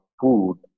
food